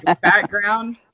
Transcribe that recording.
background